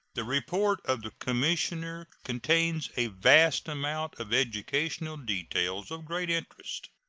the report of the commissioner contains a vast amount of educational details of great interest.